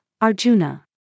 Arjuna